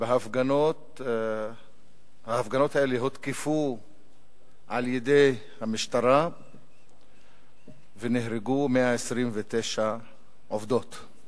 ובהפגנות האלה הותקפו על-ידי המשטרה ונהרגו 129 עובדות.